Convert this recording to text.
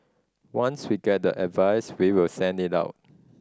once we get the advice we will send it out